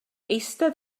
eistedd